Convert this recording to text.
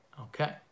Okay